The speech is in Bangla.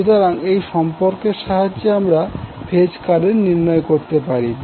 সুতরাং এই সম্পর্কের সাহায্যে আমরা ফেজ কারেন্ট নির্ণয় করতে পারি